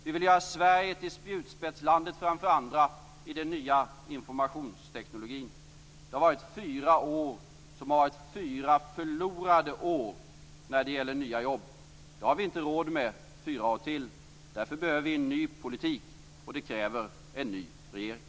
Vi vill göra Sverige till spjutspetslandet framför andra i den nya informationstekniken. Det har gått fyra år som varit fyra förlorade år när det gäller nya jobb. Det har vi inte råd med fyra år till. Därför behöver vi en ny politik. Det kräver en ny regering.